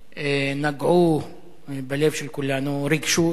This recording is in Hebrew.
נגעו בלב של כולנו, ריגשו את כולנו.